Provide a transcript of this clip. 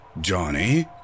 Johnny